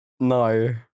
No